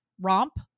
romp